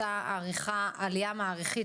אותה עלייה מעריכית,